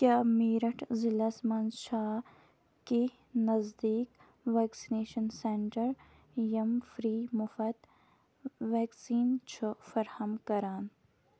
کیٛاہ میٖرَٹھ ضِلَس منٛز چھا کینٛہہ نزدیٖک وٮ۪کسِنیشَن سٮ۪نٛٹَر یِم فِرٛی مُفت وٮ۪کسیٖن چھُ فرہَم کران